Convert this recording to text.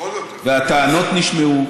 והטענות נשמעו,